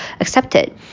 accepted